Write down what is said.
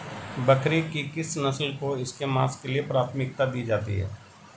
बकरी की किस नस्ल को इसके मांस के लिए प्राथमिकता दी जाती है?